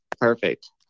Perfect